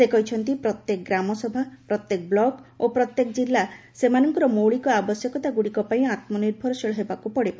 ସେ କହିଛନ୍ତି ପ୍ରତ୍ୟେକ ଗ୍ରାମସଭା ପ୍ରତ୍ୟେକ ବ୍ଲକ୍ ଓ ପ୍ରତ୍ୟେକ କିଲ୍ଲୁ ସେମାନଙ୍କର ମୌଳିକ ଆବଶ୍ୟକତାଗୁଡ଼ିକପାଇଁ ଆତ୍କନିର୍ଭରଶୀଳ ହେବାକୁ ପଡ଼ିବ